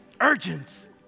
urgent